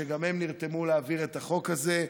שגם הן נרתמו להעביר את החוק הזה.